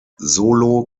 solo